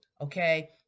okay